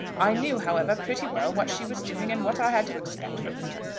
i knew, however, pretty well what she was doing and what i had to expect from her.